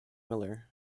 miller